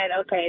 okay